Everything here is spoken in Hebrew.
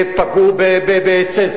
שני חשודים בגין כריתת עצים.